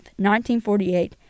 1948